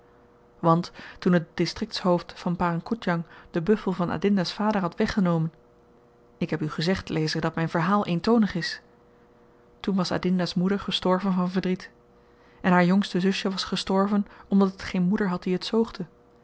want toen het distriktshoofd van parang koedjan den buffel van adinda's vader had weggenomen ik heb u gezegd lezer dat myn verhaal eentonig is toen was adinda's moeder gestorven van verdriet en haar jongste zusje was gestorven omdat het geen moeder had die